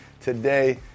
today